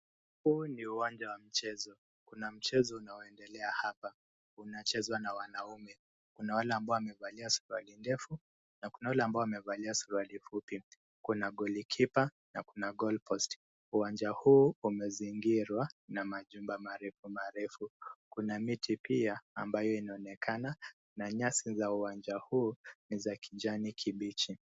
Huu ni uwanja wa mchezo. Kuna mchezo unaoendelea hapa. Unachezwa na wanaume. Kuna wale ambao wamevalia suruali ndefu na kuna wale ambao wamevalia suruali fupi. Kuna golikipa na kuna goal post . Uwanja huu umezingirwa na majumba marefu marefu. Kuna miti pia ambayo inaonekana, na nyasi za uwanja huu ni za kijani kibichi.